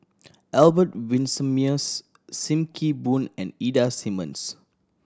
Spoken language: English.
Albert Winsemius Sim Kee Boon and Ida Simmons